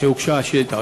כשהוגשה השאילתה,